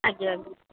ଆଜ୍ଞା ଆଜ୍ଞା